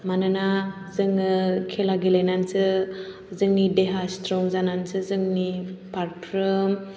मानोना जोङो खेला गेलेनानैसो जोंनि देहाया स्ट्रं जाननैसो जोंनि फारफ्रोम